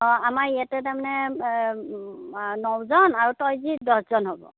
অ' আমাৰ ইয়াতে তাৰমানে নজন আৰু তই দি দহজন হ'ব